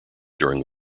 during